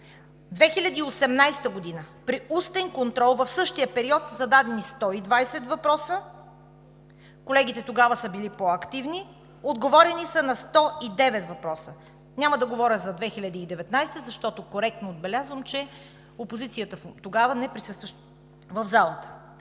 2018 г. – при устен контрол в същия период са зададени 120 въпроса, колегите тогава са били по-активни, отговорено е на 109 въпроса. Няма да говоря за 2019-а, защото коректно отбелязвам, че опозицията тогава не присъстваше в залата.